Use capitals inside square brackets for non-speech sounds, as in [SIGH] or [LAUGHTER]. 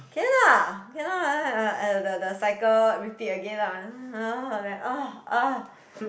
okay lah cannot like that the the cycle repeat again lah [NOISE]